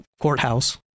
Courthouse